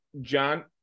John